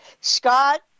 Scott